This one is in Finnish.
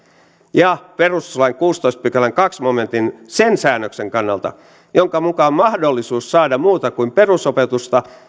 ja perustuslain kuudennentoista pykälän toisen momentin sen säännöksen kannalta jonka mukaan mahdollisuus saada muuta kuin perusopetusta